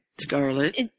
Scarlet